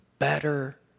better